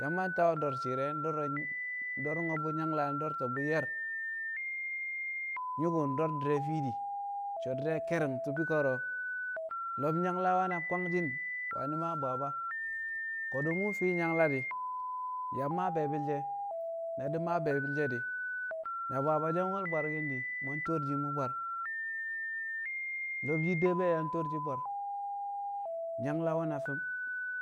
Yamba nta we̱ do̱r shi̱i̱r do̱ro̱ng bi̱ nyangla do̱ro̱nti̱n bi̱ ye̱r nyu̱ku̱ do̱r di̱re̱ fi̱di̱ so̱ di̱re̱ ke̱ri̱ng ti̱bi̱ ko̱ro̱ lo̱b nyangla we̱ na kwangshi̱n we̱ na maa bwabwa ko̱du̱ mu̱ fi nyangla di yang maa be̱e̱bi̱l she̱ na di̱ maa be̱e̱bi̱l she̱ di̱ na bwabwa she̱ we̱l bwarki̱n di̱, mu̱ yang to̱r shi̱ mu̱ bwar lo̱b yidde yang to̱r shi̱ bwar nyangla we̱ na fi̱m